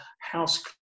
house